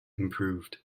improved